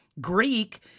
Greek